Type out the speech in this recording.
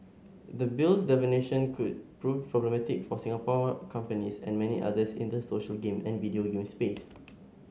the Bill's definitions could prove problematic for Singapore companies and many others in the social game and video game space